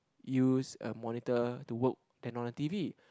use a monitor to work and on the T_V